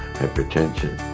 hypertension